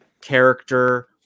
character